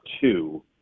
two